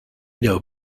edo